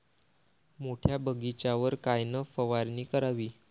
मोठ्या बगीचावर कायन फवारनी करावी?